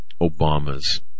Obama's